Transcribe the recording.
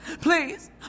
Please